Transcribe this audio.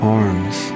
arms